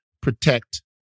protect